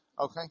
Okay